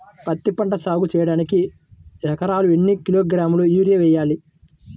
పత్తిపంట సాగు చేయడానికి ఎకరాలకు ఎన్ని కిలోగ్రాముల యూరియా వేయాలి?